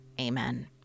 amen